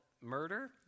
murder